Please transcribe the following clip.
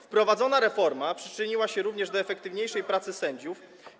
Wprowadzona reforma przyczyniła się również do efektywniejszej pracy sędziów.